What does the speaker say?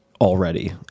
already